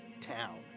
town